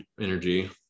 energy